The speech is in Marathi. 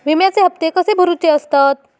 विम्याचे हप्ते कसे भरुचे असतत?